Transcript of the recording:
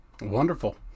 wonderful